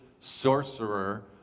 sorcerer